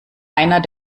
einer